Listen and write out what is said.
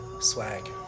Swag